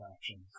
actions